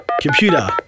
Computer